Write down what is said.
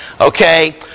okay